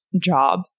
job